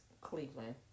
Cleveland